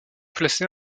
placer